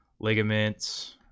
ligaments